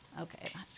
Okay